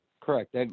Correct